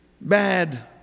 Bad